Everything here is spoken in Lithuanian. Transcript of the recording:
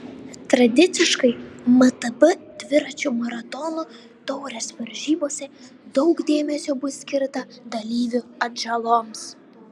tradiciškai mtb dviračių maratonų taurės varžybose daug dėmesio bus skirta dalyvių atžaloms